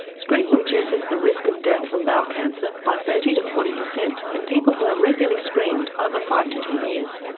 screening reduces the risk of death from bowel cancer by thirty to forty percent in people who are regularly screened over five to ten years.